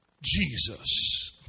Jesus